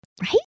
Right